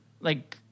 like-